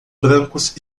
brancos